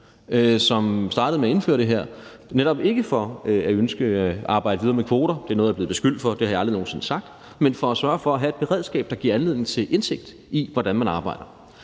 som startede med at indføre det her, og det er netop ikke ud fra et ønske om at arbejde videre med kvoter – det er noget, jeg er blevet beskyldt for, men det har jeg aldrig nogen sinde sagt – men for at sørge for at have et beredskab, der giver anledning til at få indsigt i, hvordan man arbejder.